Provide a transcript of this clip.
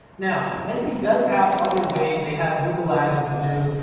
now, etsy does have other ways, they have google ads you can do.